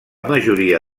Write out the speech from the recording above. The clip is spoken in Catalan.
majoria